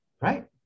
right